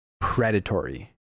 predatory